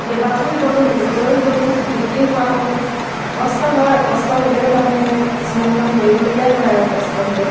এই কেইবাযোৰো বলোঁ নিজলৈও বলোঁ বিক্ৰীও কৰা হ'ল কষ্ট হয় কষ্ট হ'লেও তাৰমানে কিছুমান কাম কৰিবলগীয়া হয় আৰু কষ্ট হ'লেও